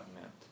meant